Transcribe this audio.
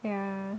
yeah